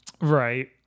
Right